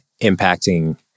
impacting